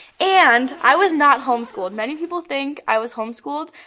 and, i was not home-schooled. many people think i was home-schooled.